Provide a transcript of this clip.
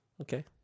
Okay